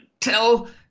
Tell